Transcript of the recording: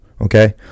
okay